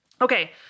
Okay